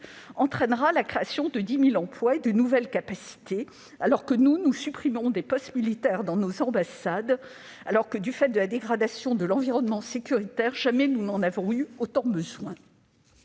entraînera la création de 10 000 emplois et de nouvelles capacités, quand nous supprimons des postes militaires dans nos ambassades. Pourtant, avec la dégradation de l'environnement sécuritaire, jamais nous n'en avons eu autant besoin.